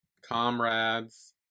comrades